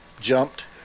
jumped